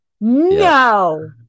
No